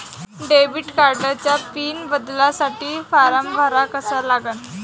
Debit कार्डचा pin बदलासाठी form कसा भरा लागन?